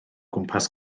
gwmpas